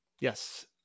Yes